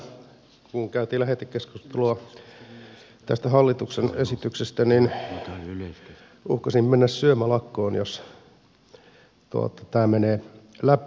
keväällä kun käytiin lähetekeskustelua tästä hallituksen esityksestä uhkasin mennä syömälakkoon jos tämä menee läpi